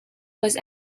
was